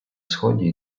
сході